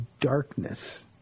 darkness